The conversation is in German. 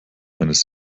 eines